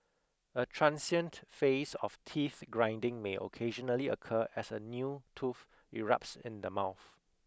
a transient phase of teeth grinding may occasionally occur as a new tooth erupts in the mouth